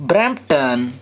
Brampton